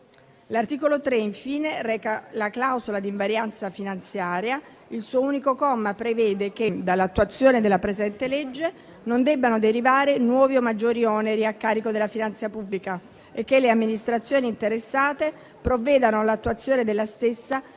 L'articolo 3, infine, reca la clausola di invarianza finanziaria; il suo unico comma prevede che dall'attuazione della presente legge non debbano derivare nuovi o maggiori oneri a carico della finanza pubblica e che le amministrazioni interessate provvedano all'attuazione della stessa